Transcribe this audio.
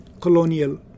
colonial